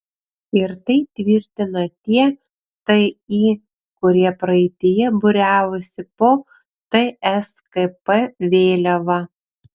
ir tai tvirtina tie ti kurie praeityje būriavosi po tskp vėliava